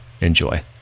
Enjoy